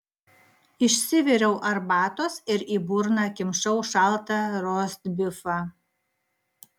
išsiviriau arbatos ir į burną kimšau šaltą rostbifą